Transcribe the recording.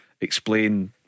explain